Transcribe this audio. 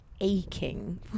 aching